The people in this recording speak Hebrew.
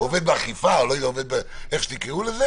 עובד באכיפה איך שתקראו לזה